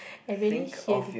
I really hear it